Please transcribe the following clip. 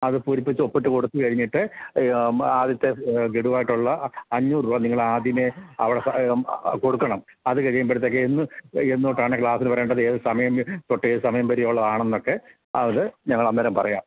അത് പുരിപ്പിച്ച് ഒപ്പിട്ട് കൊടുത്തുകഴിഞ്ഞിട്ട് ആദ്യത്തെ ഗഡുവായിട്ടുള്ള അഞ്ഞൂറ് രൂപ നിങ്ങളാദ്യമേ അവിടെ കൊടുക്കണം അതു കഴിയുമ്പോഴത്തേക്കെ എന്ന് എന്നുതൊട്ടാണ് ക്ലാസ്സിനു വരേണ്ടത് ഏതു സമയം തൊട്ട് ഏതു സമയം വരെയുള്ളതാണെന്നൊക്കെ അതു ഞങ്ങള് അന്നേരം പറയാം